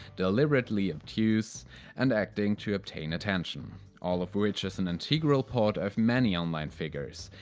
deliberately obtuse and acting to obtain attention. all of which is an integral part of many online figures,